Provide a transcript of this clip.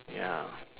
ya